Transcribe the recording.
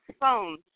phones